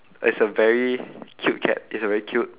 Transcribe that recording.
is a very cute cat is a very cute